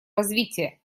развития